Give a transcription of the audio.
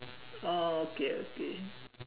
oh okay okay